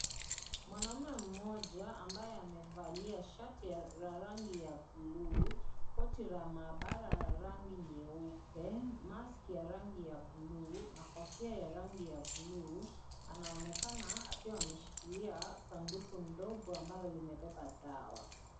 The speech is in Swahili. Mwanaume mmoja ambaye amevalia shati la rangi ya buluu, koti la maabara la rangi nyeupe, maski ya rangi ya buluu, na kofia ya rangi ya buluu anaonekana akiwa ameshikilia sanduku ndogo ambalo limebeba dawa.